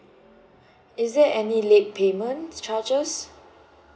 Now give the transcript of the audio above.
is there any late payment charges